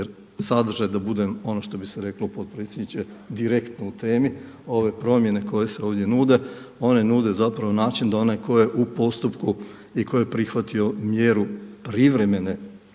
jer sadržaj da budem ono što bi se reklo potpredsjedniče, direktno u temi, ove promjene koje se ovdje nude one nude način da onaj tko je u postupku i koji je prihvatio mjeru privremene